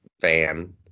fan